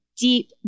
deep